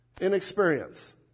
Inexperience